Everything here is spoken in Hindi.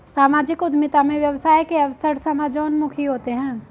सामाजिक उद्यमिता में व्यवसाय के अवसर समाजोन्मुखी होते हैं